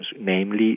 namely